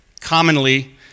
Commonly